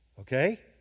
okay